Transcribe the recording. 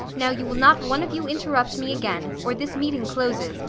now you will not one of you interrupt me again, or this meeting closes,